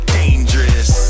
dangerous